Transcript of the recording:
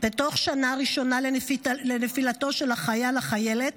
בתוך השנה הראשונה לנפילתו של החייל או החיילת,